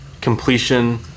completion